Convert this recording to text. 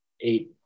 eight